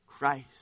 Christ